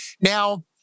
now